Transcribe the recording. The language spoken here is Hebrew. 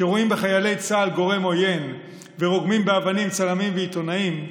שרואים בחיילי צה"ל גורם עוין ורוגמים באבנים צלמים ועיתונאים,